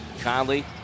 Conley